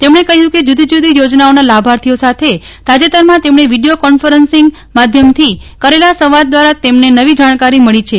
તેમણે કહ્યું કે જુદી જુદી યોજનાઓના લાભાર્થીઓ સાથે તાજેતરમાં તેમજી વીડિયો કોન્ફરન્સિંગ માધ્યમથી કરેલા સંવાદ દ્વારા તેમને નવી જાણકારી મળી છે